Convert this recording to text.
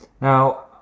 Now